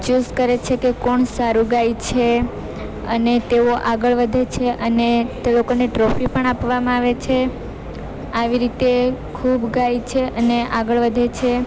choose કરે છે કે કોણ સારું ગાય છે અને તેઓ આગળ વધે છે અને તે લોકોને ટ્રોફી પણ આપવામાં આવે છે આવી રીતે ખૂબ ગાય છે અને આગળ વધે છે